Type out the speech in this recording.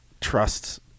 trust